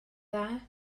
dda